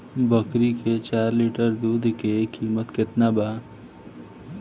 बकरी के चार लीटर दुध के किमत केतना बा?